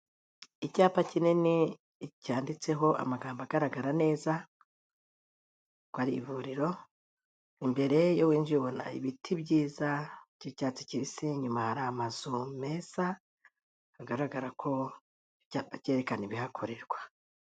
Icyapa kinini cyanditseho amagambo agaragara neza ko ari ivuriro, imbere iyo winjiye ubona ibiti byiza by'icyatsi kibisi, inyuma hari amazu meza hagaragara ko iyapa kerekana ibihakorerwa.